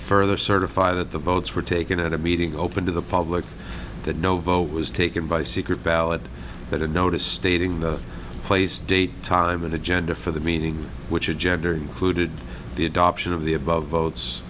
further certify that the votes were taken at a meeting open to the public that no vote was taken by secret ballot that a notice stating the place date time and agenda for the meeting which had gender included the adoption of the above votes